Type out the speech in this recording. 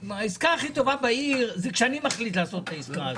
העסקה הכי טובה בעיר זה כשאני מחליט לעשות את העסקה הזאת,